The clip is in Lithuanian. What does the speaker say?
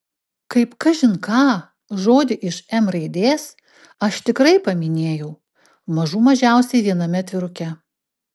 kaip kažin ką žodį iš m raidės aš tikrai paminėjau mažų mažiausiai viename atviruke